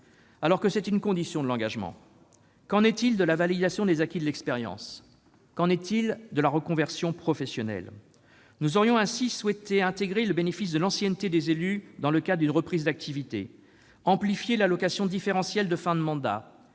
alors que c'est une condition de l'engagement. Qu'en est-il de la validation des acquis de l'expérience ? Qu'en est-il de la reconversion professionnelle ? Sur ce plan, nous aurions souhaité que le texte prévoie le bénéfice de l'ancienneté des élus dans le cas d'une reprise d'activité, amplifie l'allocation différentielle de fin de mandat,